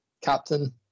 captain